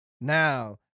now